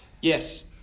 Yes